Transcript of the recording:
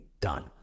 done